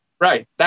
Right